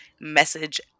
message